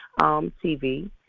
TV